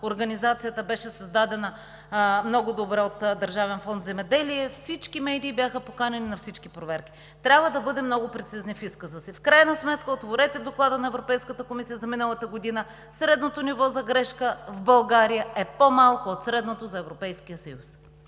организацията беше създадена много добре от Държавен фонд „Земеделие“, всички медии бяха поканени на всички проверки. Трябва да бъдем много прецизни в изказа си. В крайна сметка отворете доклада на Европейската комисия за миналата година – средното ниво за грешка в България е по-малко от средното за Европейския съюз.